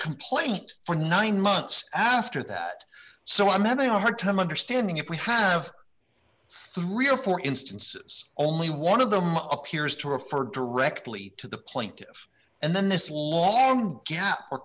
complaint for nine months after that so i'm having a hard time understanding if we have three or four instances only one of them appears to refer directly to the plaintiffs and then this law gap